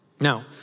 Now